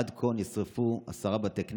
עד כה נשרפו 10 בתי כנסת,